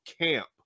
camp